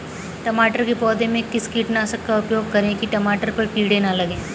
टमाटर के पौधे में किस कीटनाशक का उपयोग करें कि टमाटर पर कीड़े न लगें?